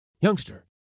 Youngster